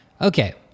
Okay